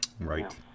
right